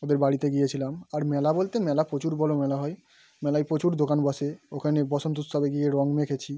ওদের বাড়িতে গিয়েছিলাম আর মেলা বলতে মেলা প্রচুর বড় মেলা হয় মেলায় প্রচুর দোকান বসে ওখানে বসন্ত উৎসবে গিয়ে রং মেখেছি